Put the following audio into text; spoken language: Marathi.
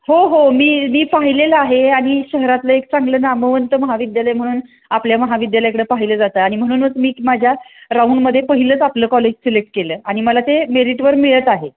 हो हो मी मी पाहिलेलं आहे आणि शहरातलं एक चांगलं नामवंत महाविद्यालय म्हणून आपल्या महाविद्यालयाकडं पाहिलं जातं आणि म्हणूनच मी माझ्या राऊंडमध्ये पहिलंच आपलं कॉलेज सिलेक्ट केलं आणि मला ते मेरीटवर मिळत आहे